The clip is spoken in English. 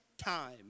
time